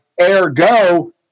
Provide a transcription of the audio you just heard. ergo